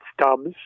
stubs